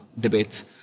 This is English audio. debates